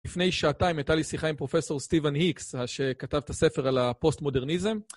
לפני שעתיים הייתה לי שיחה עם פרופסור סטיבן היקס, שכתב את הספר על הפוסט-מודרניזם.